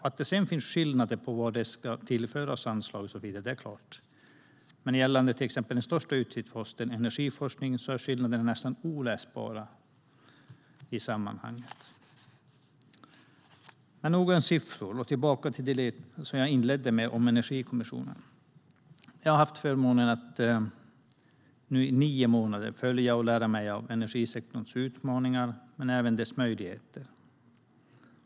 Att det finns skillnader på var det tillförs anslag och så vidare är klart, men gällande den största utgiftsposten, Energiforskning, är skillnaderna nästan obefintliga. Nog om siffror och tillbaka till det jag inledde med om Energikommissionen. Jag har haft förmånen att i nio månader följa och lära mig om energisektorns utmaningar och möjligheter.